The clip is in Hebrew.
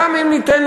גם אם ניתן,